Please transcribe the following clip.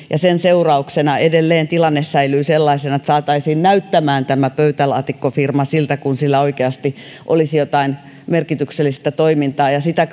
ja sen seurauksena edelleen tilanne säilyy sellaisena että saataisiin näyttämään tämä pöytälaatikkofirma siltä kuin sillä oikeasti olisi jotain merkityksellistä toimintaa ja ja sitä